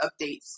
updates